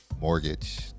mortgage